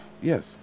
Yes